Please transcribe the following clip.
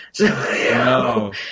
No